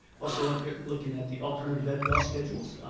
also looking at looking at the alternative ed bell schedules,